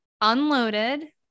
unloaded